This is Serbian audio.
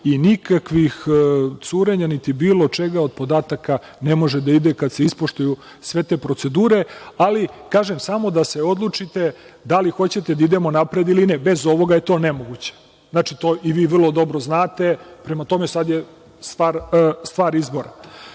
i nikakvih curenja niti bilo čega od podataka ne može da ide kad se ispoštuju sve te procedure. Ali, kažem, samo treba da se odlučite da li hoćete da idemo napred ili ne. Bez ovoga je to ne moguće. Vi to vrlo dobro znate. Sve je stvar izbora. Druga